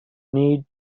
need